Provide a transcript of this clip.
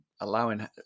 allowing